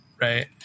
right